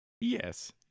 Yes